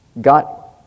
got